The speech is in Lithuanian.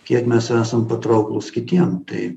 kiek mes esam patrauklūs kitiem tai